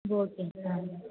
बोके ग्रामम्